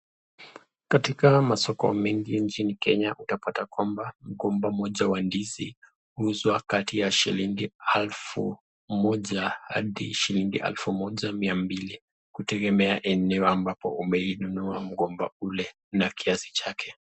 Katika masoko mengi nchi kenya utapata kwamba mgomba moja wa ndizi huuzwa kati ya shilingi alfu moja hadi shilingi alfu moja mia mbili, kutengemea eneo ambapo umeinunua mgomba ule na kiasi chake.